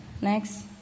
next